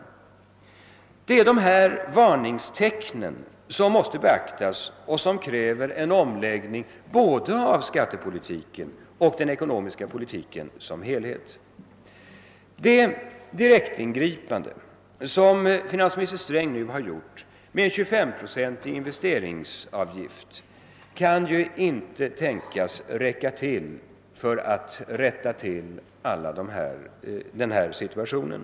Det är dessa varningstecken, som måste beaktas och som kräver en omläggning av både skattepolitiken och den ekonomiska politiken som helhet. Det direktingripande som finansminister Sträng nu har gjort med en 25 procentig investeringsavgift kan inte sägas vara tillräcklig för att rätta till den uppkomna situationen.